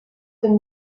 den